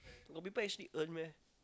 got people actually earn meh